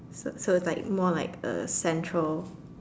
so so it's like more like a central